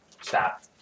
Stop